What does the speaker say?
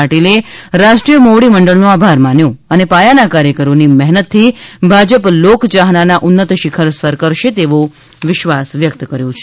પાટિલે રાષ્ટ્રીય મોવડી મંડળનો આભાર માન્યો છે અને પાયાના કાર્યકરોની મહેનત થી ભાજપ લોક ચાહનાના ઉન્નત શિખર સર કરશે તેવો વિશ્વાસ વ્યકત કર્યો છે